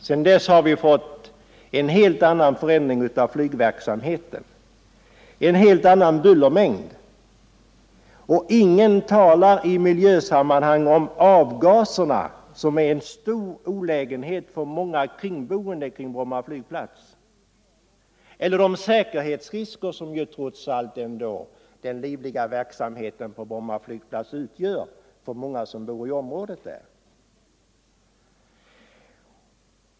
Sedan dess har flygverksamheten förändrats, och det har blivit en helt annan bullermängd. Ingen talar i miljösammanhang om avgaserna, som är en stor olägenhet för många som är bosatta kring Bromma flygplats. Ingen talar heller om de säkerhetsrisker som den livliga verksamheten på Bromma flygplats trots allt utgör för många som bor i området.